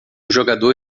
jogador